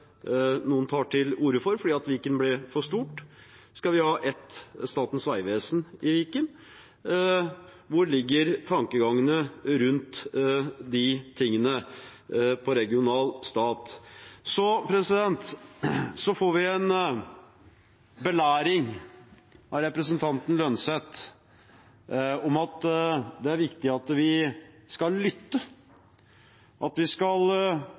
noen tar til orde for, fordi Viken ble for stort? Skal vi ha ett Statens vegvesen i Viken? Hva er tankegangen rundt de tingene når det gjelder regional stat? Så blir vi belært av representanten Holm Lønseth om at det er viktig at vi lytter til det lokale og det regionale nivået. Politikerne der ute er det svært viktig at